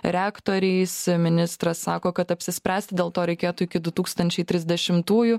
reaktoriais ministras sako kad apsispręsti dėl to reikėtų iki du tūkstančiai trisdešimtųjų